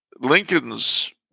Lincoln's